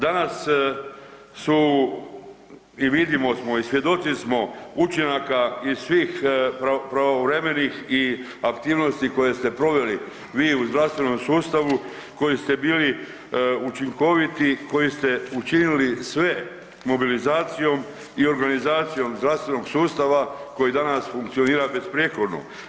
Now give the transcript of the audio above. Danas su i vidimo i svjedoci smo učinaka i svih pravovremenih i aktivnosti koje ste proveli vi u zdravstvenom sustavu koji ste bili učinkoviti, koji ste učinili sve mobilizacijom i organizacijom zdravstvenog sustava koji danas funkcionira besprijekorno.